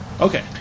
okay